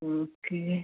okay